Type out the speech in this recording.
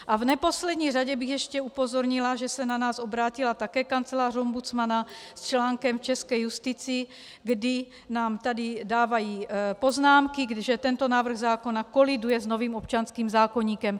V neposlední řadě bych ještě upozornila, že se nás obrátila také kancelář ombudsmana s článkem k české justici, kdy nám tady dávají poznámky, že tento návrh zákona koliduje s novým občanským zákoníkem.